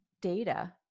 data